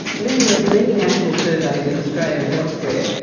nevertheless many national surveys, in australia and elsewhere,